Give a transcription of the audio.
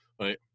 right